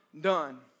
done